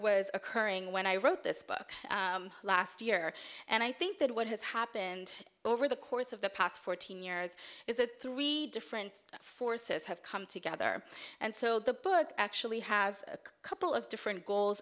was occurring when i wrote this book last year and i think that what has happened over the course of the past fourteen years is a three different forces have come together and so the book actually has a couple of different goals